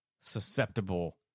susceptible